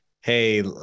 Hey